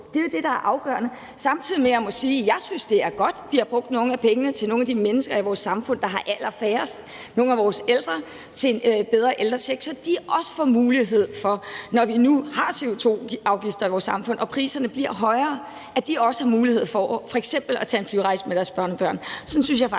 Det er jo det, der er afgørende. Samtidig må man sige, at jeg synes, det er godt, vi har brugt nogle af pengene til nogle af de mennesker i vores samfund, der har allerfærrest penge, nogle af vores ældre, på en bedre ældrecheck, så de også, når vi nu har CO2-afgifter i vores samfund og priserne bliver højere, har mulighed for f.eks. at tage en flyrejse med deres børnebørn. Sådan synes jeg faktisk